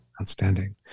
Outstanding